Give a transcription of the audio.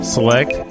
Select